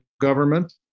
government